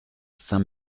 saint